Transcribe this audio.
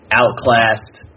outclassed